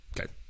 okay